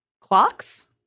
Clocks